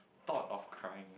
thought of crying